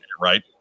Right